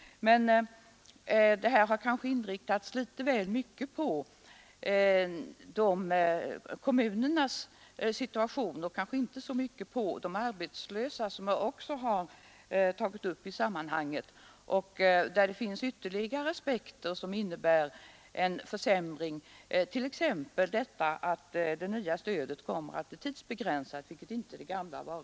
Problemet vi diskuterat har kanske kommit att väl mycket gälla kommunernas situation och inte så mycket de arbetslösas. I fråga om de senare finns det ytterligare aspekter, som innebär en försämring, exempelvis att det nya stödet i motsats till det gamla kommer att tidsbegränsas.